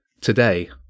Today